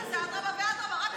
חברת